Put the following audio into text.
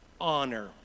Honor